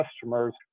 customers